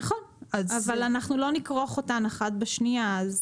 נכון, אבל אנחנו לא נכרוך אותן אחת בשנייה.